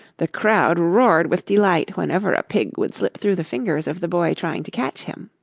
the crowd roared with delight whenever a pig would slip through the fingers of the boy trying to catch him.